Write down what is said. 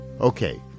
Okay